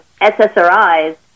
SSRIs